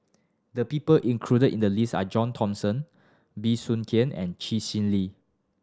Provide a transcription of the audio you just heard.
the people included in the list are John Thomson Bey Soon Khiang and Chee Lee